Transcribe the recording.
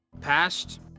Past